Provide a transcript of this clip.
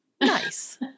Nice